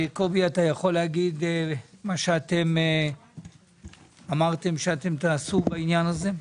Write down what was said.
קובי, תוכל לומר מה אמרתם שתעשו בעניין הזה?